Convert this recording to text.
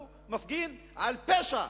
הוא מפגין על פשע,